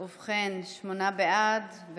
ובכן, שמונה בעד.